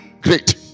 great